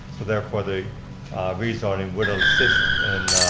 so therefore the rezoning would assist in